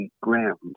ground